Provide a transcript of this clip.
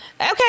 Okay